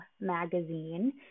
magazine